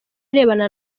arebana